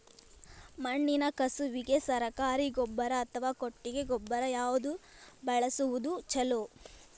ಮಣ್ಣಿನ ಕಸುವಿಗೆ ಸರಕಾರಿ ಗೊಬ್ಬರ ಅಥವಾ ಕೊಟ್ಟಿಗೆ ಗೊಬ್ಬರ ಯಾವ್ದು ಬಳಸುವುದು ಛಲೋ?